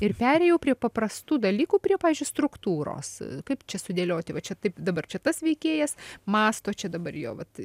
ir perėjau prie paprastų dalykų prie pavyzdžiui struktūros kaip čia sudėlioti va čia taip dabar čia tas veikėjas mąsto čia dabar jo vat